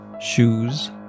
shoes